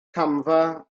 camfa